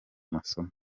amasomo